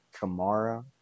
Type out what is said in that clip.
Kamara